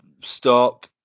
stop